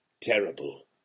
terrible